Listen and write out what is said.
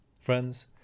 Friends